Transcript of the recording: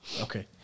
okay